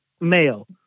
male